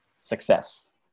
success